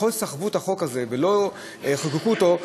ככל שסחבו את החוק הזה ולא חוקקו אותו,